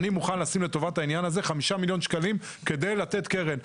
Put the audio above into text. אנחנו מוכנים לשים לטובת העניין הזה חמישה מיליון שקלים כדי לתת קרן,